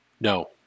No